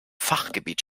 fachgebiet